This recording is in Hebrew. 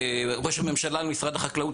ראש הממשלה למשרד החקלאות,